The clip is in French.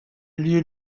lieu